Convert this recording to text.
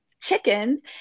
chickens